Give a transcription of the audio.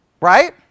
right